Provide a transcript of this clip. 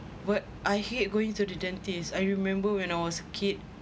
but I hate going to the dentist I remember when I was kid